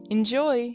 Enjoy